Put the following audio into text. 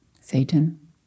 Satan